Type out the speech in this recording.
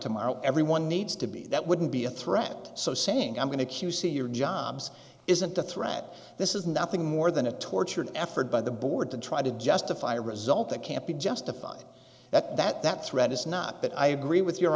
tomorrow everyone needs to be that wouldn't be a threat so saying i'm going to q c your jobs isn't a threat this is nothing more than a tortured effort by the board to try to justify a result that can't be justified that that threat is not but i agree with your